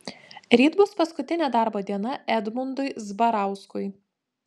ryt bus paskutinė darbo diena edmundui zbarauskui